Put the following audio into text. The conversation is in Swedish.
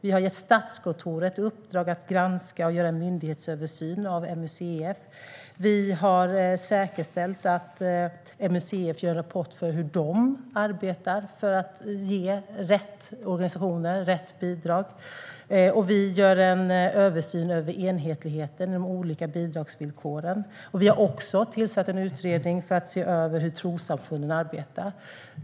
Vi har gett Statskontoret i uppdrag att granska och göra en myndighetsöversyn av MUCF. Vi har säkerställt att MUCF lämnar en rapport om hur de arbetar för att ge bidrag till rätt organisationer. Vi gör en översyn av enhetligheten när det gäller de olika bidragsvillkoren. Vi har också tillsatt en utredning för att se över hur trossamfunden arbetar.